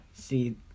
See